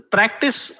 Practice